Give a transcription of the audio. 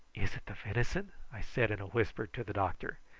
is it the venison? i said in a whisper to the doctor.